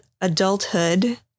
adulthood